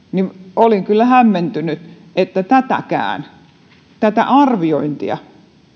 olin kyllä hämmentynyt että tätäkään arviointia